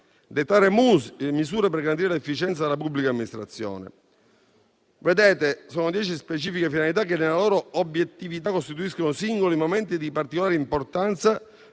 dettare misure per garantire l'efficienza della pubblica amministrazione. Vedete, sono dieci specifiche finalità che nella loro obiettività costituiscono singoli momenti di particolare importanza